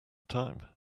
time